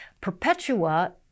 Perpetua